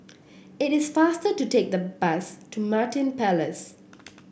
it is faster to take the bus to Martin Palace